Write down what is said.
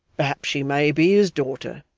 perhaps she may be his daughter,